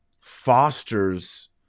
fosters